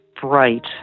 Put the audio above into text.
bright